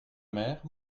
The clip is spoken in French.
mère